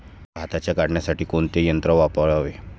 भाताच्या काढणीसाठी कोणते यंत्र वापरावे?